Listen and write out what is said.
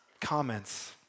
comments